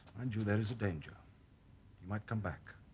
mind you there is a danger he might come back